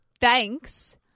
thanks